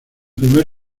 primer